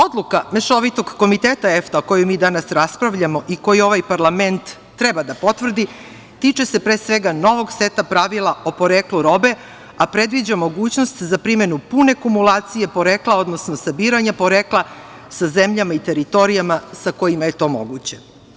Odluka Mešovitog komiteta EFTA, o kojoj mi danas raspravljamo, i koju ovaj parlament treba da po potvrdi tiče se pre svega novog seta pravila o poreklu robe, a predviđa mogućnost za primenu pune kumulacije porekla, odnosno sabiranja porekla sa zemljama i teritorijama sa kojima je to moguće.